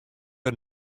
der